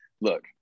look